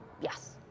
Yes